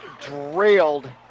drilled